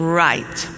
right